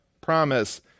Promise